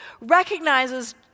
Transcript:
recognizes